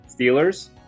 Steelers